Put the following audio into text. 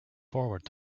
forward